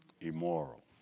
Immoral